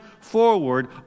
forward